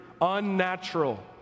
unnatural